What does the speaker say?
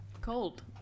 Cold